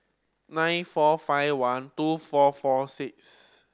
nine four five one two four four six